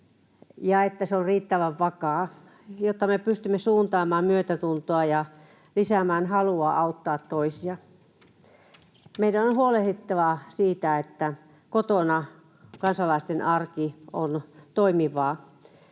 se on riittävän vakaa, jotta me pystymme suuntaamaan myötätuntoa ja lisäämään halua auttaa toisia. Meidän on huolehdittava siitä, että kotona kansalaisten arki on toimivaa.